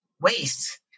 waste